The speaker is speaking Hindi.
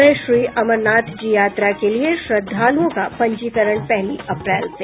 और श्री अमरनाथ जी यात्रा के लिए श्रद्धालुओं का पंजीकरण पहली अप्रैल से